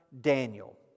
Daniel